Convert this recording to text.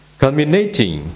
culminating